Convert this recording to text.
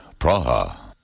Praha